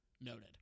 noted